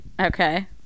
okay